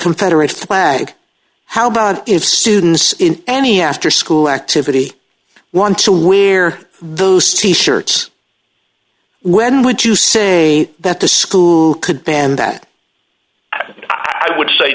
confederate flag how about if students in any after school activity want to wear those t shirts when would you say that the school could ban that i would say